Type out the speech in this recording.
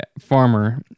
farmer